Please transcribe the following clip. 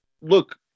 look